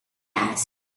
asked